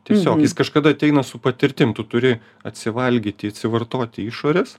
tiesiog jis kažkada ateina su patirtim tu turi atsivalgyti atsivartoti išorės